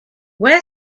where